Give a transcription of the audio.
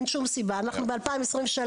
אנחנו ב- 2023,